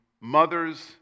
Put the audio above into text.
mothers